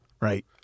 Right